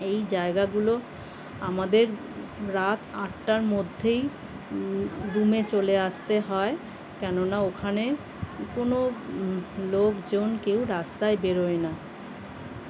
এই জায়গাগুলো আমাদের রাত আটটার মধ্যেই রুমে চলে আসতে হয় কেননা ওখানে কোনো লোকজন কেউ রাস্তায় বেরোয় না